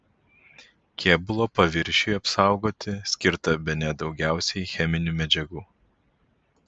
kėbulo paviršiui apsaugoti skirta bene daugiausiai cheminių medžiagų